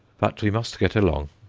but we must get along.